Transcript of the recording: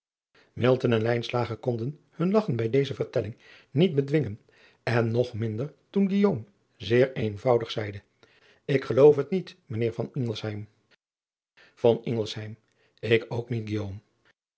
en konden hun lagchen bij driaan oosjes zn et leven van aurits ijnslager deze vertelling niet bedwingen en nog minder toen zeer eenvoudig zeide k geloof het niet mijn eer k ook niet